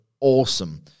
awesome